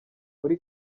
muri